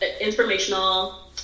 informational